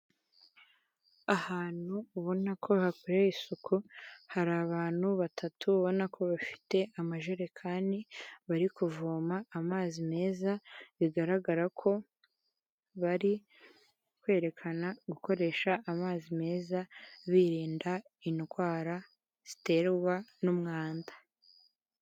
Ahantu ubona ko hakorewe isuku hari abantu batatu ubona ko bafite amajerekani bari kuvoma amazi meza bigaragara ko bari kwerekana gukoresha amazi meza birinda indwara ziterwa n'umwanda.